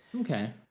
Okay